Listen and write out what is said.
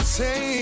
say